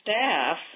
staff